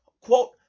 quote